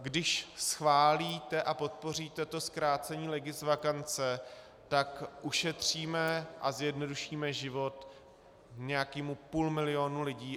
Když schválíte a podpoříte to zkrácení legisvakance, tak ušetříme a zjednodušíme život nějakému půl milionu lidí.